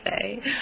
say